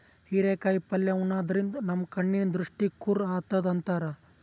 ಹಿರೇಕಾಯಿ ಪಲ್ಯ ಉಣಾದ್ರಿನ್ದ ನಮ್ ಕಣ್ಣಿನ್ ದೃಷ್ಟಿ ಖುರ್ ಆತದ್ ಅಂತಾರ್